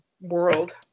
world